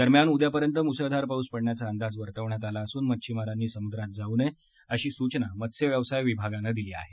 दरम्यान उद्यापर्यंत मुसळधार पाऊस पडण्याचा अंदाज वर्तवण्यात आला असून मच्छीमारांनी समुद्रात जाऊ नये अशी सूचना मत्सव्यवसाय विभागानं दिली आहे